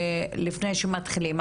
לפני שמתחילים,